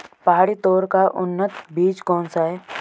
पहाड़ी तोर का उन्नत बीज कौन सा है?